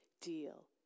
deal